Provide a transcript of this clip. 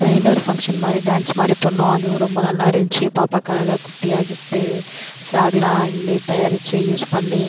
இன்னொரு ஃபங்ஷன் மாதிரி டான்ஸ் மாதிரி பண்ணோம் அதுவும் ரொம்ப நல்லாருந்துச்சு பாப்பாவுக்கு அழகாக குட்டியாக கிஃப்ட் ஃபிராக்லாம் தயாரித்து யூஸ் பண்ணி